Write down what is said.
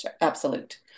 absolute